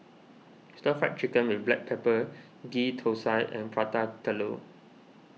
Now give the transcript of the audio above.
Stir Fried Chicken with Black Pepper Ghee Thosai and Prata Telur